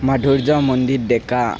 মাধুৰ্য মণ্ডিত ডেকা